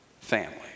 family